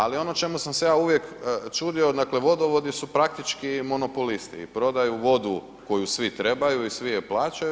Ali ono čemu sam se ja uvijek čudio, dakle vodovodi su praktički monopolisti i prodaju vodu koju svi trebaju i svi je plaćaju.